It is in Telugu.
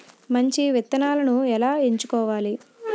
మంచి విత్తనాలను ఎలా ఎంచుకోవాలి?